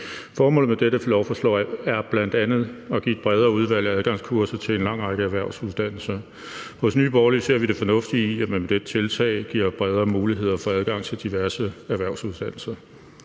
Formålet med dette lovforslag er bl.a. at give et bredere udvalg af adgangskurser til en lang række erhvervsuddannelser. Hos Nye Borgerlige ser vi det fornuftige i, at man med dette tiltag giver bredere muligheder for adgang til diverse erhvervsuddannelser.